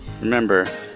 Remember